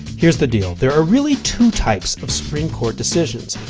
here's the deal there are really two types of supreme court decisions.